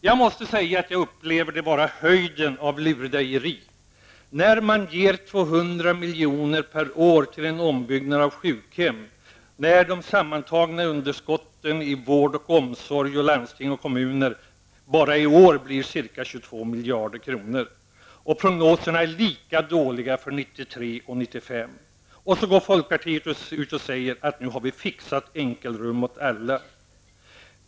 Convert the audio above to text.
Jag måste säga att jag upplever det vara höjden av lurendrejeri när man ger 200 milj.kr. per år till ombyggnad av sjukhem, fastän de sammantagna underskotten i vård och omsorg inom landsting och kommuner bara i år blir ca 22 miljarder kronor. Prognoserna är lika dåliga för 1993--1995. Då går folkpartiet ut och säger att man nu har fixat enkelrum åt alla.